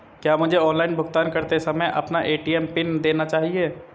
क्या मुझे ऑनलाइन भुगतान करते समय अपना ए.टी.एम पिन देना चाहिए?